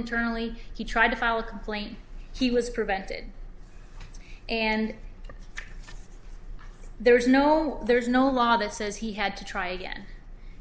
internally he tried to file a complaint he was prevented and there's no there's no law that says he had to try again